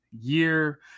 year